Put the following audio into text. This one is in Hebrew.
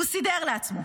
הוא סידר לעצמו.